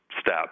step